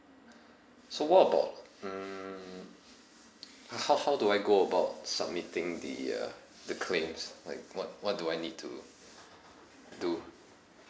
so what about mm ho~ how how do I go about submitting the uh the claims like what what do I need to do